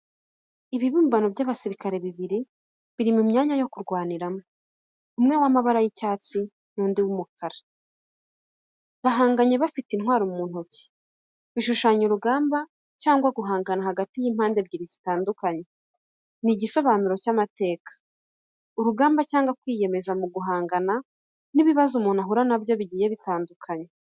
Ibibumbano by’abasirikare bibiri biri mu myanya yo kurwanira, umwe w’amabara y’icyatsi n’undi w’umukara. Bahanganye bifite intwaro mu ntoki, bishushanya urugamba cyangwa guhangana hagati y’impande ebyiri zitandukanye. Ni igisobanuro cy' amateka, urugamba cyangwa kwiyemeza mu guhangana n’ibibazo umuntu ahura nabyo bigiye bitandukanye.